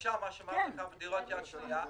למשל מה שאמרתי על דירות יד שנייה,